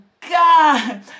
God